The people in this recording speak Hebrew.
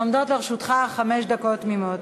עומדות לרשותך חמש דקות תמימות.